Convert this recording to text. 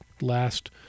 last